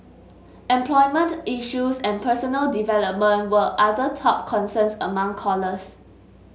employment issues and personal development were other top concerns among callers